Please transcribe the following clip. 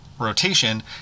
rotation